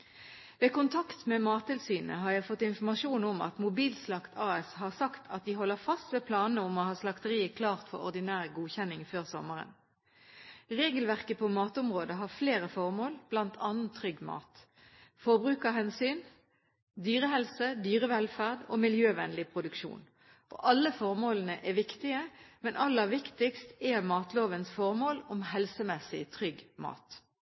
Ved kontakt med Mattilsynet har jeg fått informasjon om at Mobilslakt AS har sagt at de holder fast ved planene om å ha slakteriet klart for ordinær godkjenning før sommeren. Regelverket på matområdet har flere formål, bl.a. trygg mat, forbrukerhensyn, dyrehelse, dyrevelferd og miljøvennlig produksjon. Alle formålene er viktige, men aller viktigst er matlovens formål om helsemessig trygg mat.